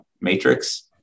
matrix